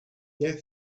què